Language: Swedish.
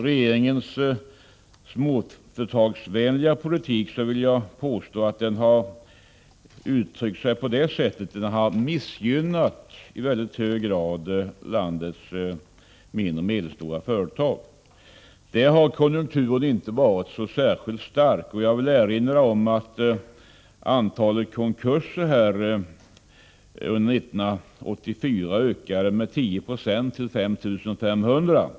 Regeringens småföretagsvänliga politik har uttryckt sig i att den i mycket hög grad har missgynnat landets mindre och medelstora företag. På dem har effekterna av konjunkturen inte blivit särskilt starka. Jag vill erinra om att antalet konkurser ökade med 10 96 till 5 500 under år 1984.